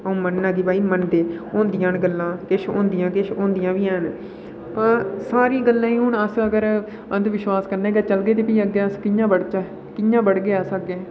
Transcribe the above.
अं'ऊ मन्नना आं कि भई होंदियां गल्लां होंदियां न गल्लां ते किश नेईं होंदियां बाऽ सारीं गल्लें गी अगर अस अंधविश्वास कन्नै चलगै ते अस कि'यां बधचै कि'यां बधगे अस अग्गै